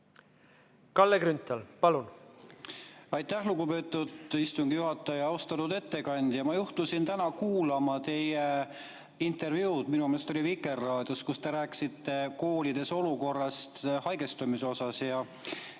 Kalle Grünthal, palun! Aitäh, lugupeetud istungi juhataja! Austatud ettekandja! Ma juhtusin täna kuulma teie intervjuud, minu meelest oli see Vikerraadios, kus te rääkisite koolide olukorrast haigestumise osas.